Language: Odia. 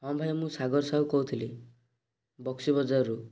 ହଁ ଭାଇ ମୁଁ ସାଗର ସାହୁ କହୁଥିଲି ବକ୍ସି ବଜାରରୁ